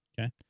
Okay